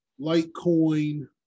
Litecoin